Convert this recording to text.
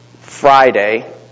Friday